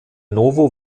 novo